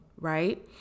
right